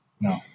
No